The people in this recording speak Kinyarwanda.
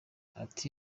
ati